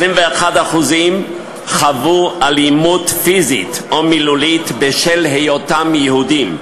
21% חוו אלימות פיזית או מילולית בשל היותם יהודים.